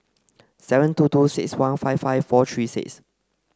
seven two two six one five five four three six